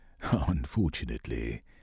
Unfortunately